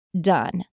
done